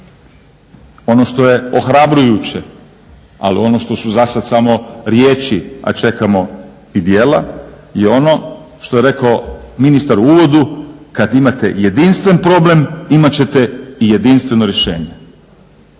Ono što je ohrabrujuće ali ono što su za sad samo riječi a čekamo i djela je ono što je rekao ministar u uvodu kad imate jedinstven problem imat ćete i jedinstveno rješenje.